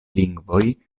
lingvoj